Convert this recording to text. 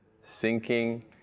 sinking